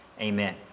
amen